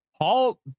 Paul